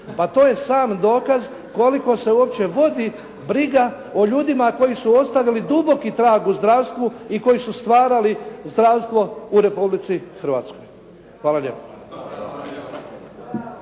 Pa to je sam dokaz koliko se uopće vodi briga o ljudima koji su ostavili duboki trag u zdravstvu i koji su stvarali zdravstvo u Republici Hrvatskoj. Hvala lijepo.